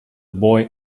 boy